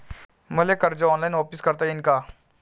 मले कर्ज ऑनलाईन वापिस करता येईन का?